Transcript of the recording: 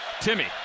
Timmy